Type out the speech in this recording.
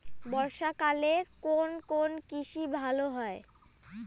বর্ষা কালে কোন কোন কৃষি ভালো হয়?